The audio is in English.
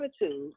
attitude